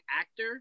actor